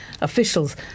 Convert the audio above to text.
officials